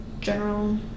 general